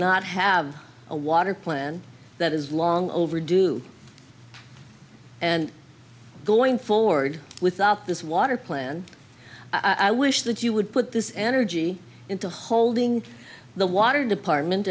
not have a water plan that is long overdue and going forward without this water plan i wish that you would put this energy into holding the water department